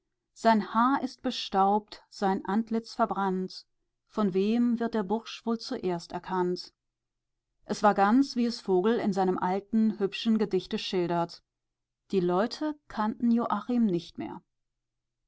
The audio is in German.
sein haar ist bestaubt sein antlitz verbrannt von wem wird der bursch wohl zuerst erkannt es war ganz wie es vogl in seinem alten hübschen gedichte schildert die leute kannten joachim nicht mehr